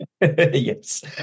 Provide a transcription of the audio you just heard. Yes